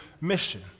mission